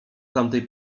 tamtej